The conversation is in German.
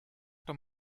doch